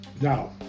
Now